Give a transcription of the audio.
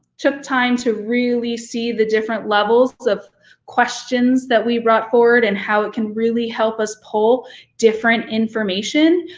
took time to really see the different levels of questions that we brought forward and how it can really help us pull different information,